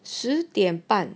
十点半